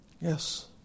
Yes